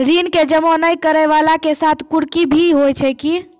ऋण के जमा नै करैय वाला के साथ कुर्की भी होय छै कि?